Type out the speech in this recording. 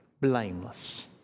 blameless